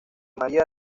maría